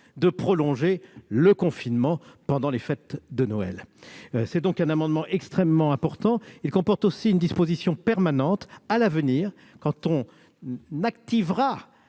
de prolonger le confinement pendant les fêtes de Noël. Il s'agit donc d'un amendement extrêmement important. Il contient également une disposition permanente : à l'avenir, quand on activera